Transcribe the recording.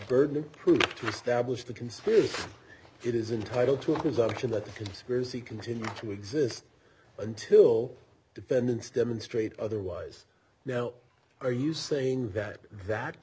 burden of proof to establish the conspiracy it is entitle to production that the conspiracy continues to exist until defendants demonstrate otherwise now are you saying that that